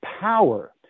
power